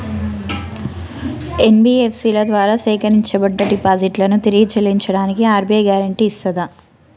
NBFC ల ద్వారా సేకరించబడ్డ డిపాజిట్లను తిరిగి చెల్లించడానికి ఆర్.బి.ఐ గ్యారెంటీ ఇస్తదా?